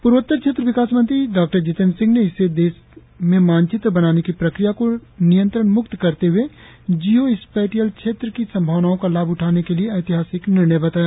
पूर्वोत्तर क्षेत्र विकास मंत्री डॉक्टर जितेन्द्र सिंह ने इसे देश में मानचित्र बनाने की प्रक्रिया को नियंत्रण म्क्त करते हए जियो स्पैटियल क्षेत्र की संभावनाओं का लाभ उठाने के लिए ऐतिहासिक निर्णय बताया